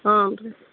ಹ್ಞೂ ರೀ